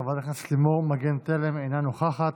חברת הכנסת לימור מגן תלם, אינה נוכחת.